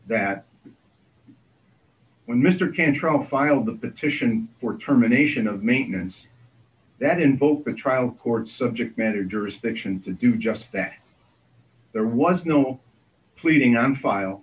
that when mr can try to file the petition for terminations of maintenance that in both the trial court subject matter jurisdiction to do just that there was no pleading on file